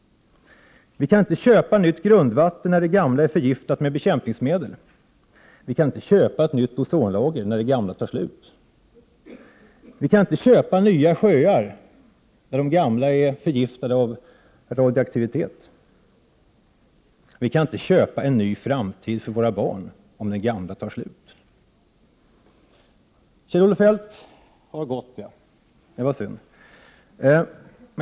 Vi kan inte köpa nytt grundvatten när det gamla är förgiftat med bekämpningsmedel. Vi kan inte köpa ett ozonlager när det gamla tar slut. Vi kan inte köpa nya sjöar när de gamla förgiftats av radioaktivitet. Vi kan inte köpa en framtid för våra barn om den gamla tar slut. Kjell-Olof Feldt har gått, det var synd.